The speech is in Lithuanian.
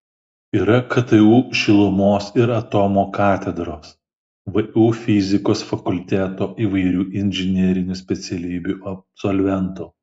yra ktu šilumos ir atomo katedros vu fizikos fakulteto įvairių inžinerinių specialybių absolventų